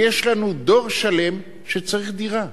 ויש לנו דור שלם שצריך דירה,